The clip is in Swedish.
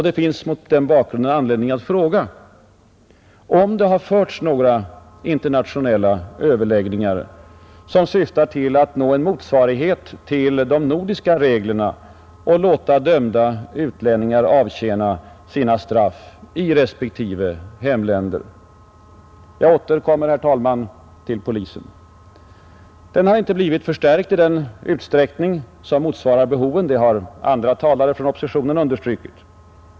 Det finns mot den bakgrunden anledning att fråga, om det har förts några internationella överläggningar som syftar till att nå en motsvarighet till de nordiska reglerna och låta dömda utlänningar avtjäna sina straff i respektive hemländer? Jag återkommer, herr talman, till polisen. Den har inte blivit förstärkt i den utsträckning som motsvarar behoven; det har andra talare från oppositionen redan understrukit.